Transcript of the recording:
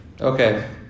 Okay